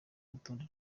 urutonde